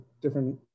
different